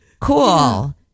Cool